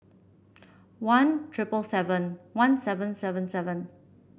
one triple seven one seven seven seven